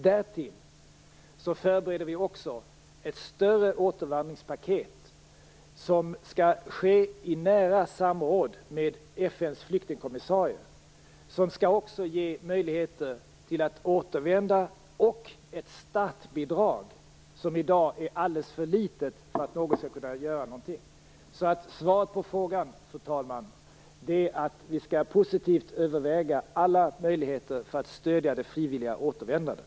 Därtill förbereder vi ett större återvandringspaket i nära samråd med FN:s flyktingkommissarie. Det skall ge möjligheter att återvända, och ett startbidrag. I dag är startbidraget alldeles för litet för att någon skall kunna göra någonting. Svaret på frågan, fru talman, är att vi positivt skall överväga alla möjligheter att stödja det frivilliga återvändandet.